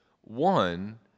One